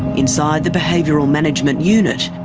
inside the behavioural management unit,